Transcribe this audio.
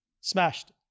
Smashed